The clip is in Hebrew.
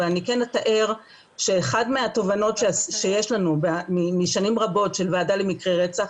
אבל אני כן אתאר שאחת מהתובנות שיש לנו משנים רבות של ועדה למקרי רצח,